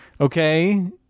Okay